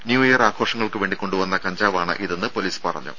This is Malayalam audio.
ന്യൂഇയർ ആഘോഷങ്ങൾക്കുവേണ്ടി കൊണ്ടുവന്ന കഞ്ചാവാണിതെന്ന് പൊലീസ് പറഞ്ഞു